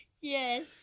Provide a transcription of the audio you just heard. Yes